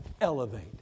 elevate